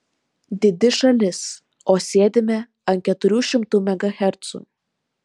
didi šalis o sėdime ant keturių šimtų megahercų